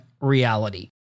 reality